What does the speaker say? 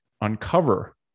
uncover